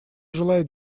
желает